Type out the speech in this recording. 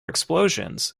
explosions